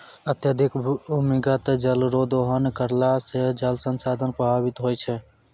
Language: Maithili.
अत्यधिक भूमिगत जल रो दोहन करला से जल संसाधन प्रभावित होय छै